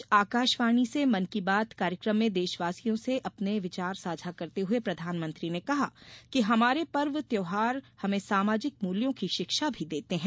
आज आकाशवाणी से मन की बात कार्यक्रम में देशवासियों से अपने विचार साझा करते हुए प्रधानमंत्री ने कहा कि हमारे पर्व त्योहार हमें सामाजिक मूल्यों की शिक्षा भी देते हैं